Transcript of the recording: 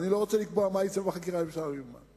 אני לא רוצה לקבוע מה יצא מהחקירה של השר ליברמן.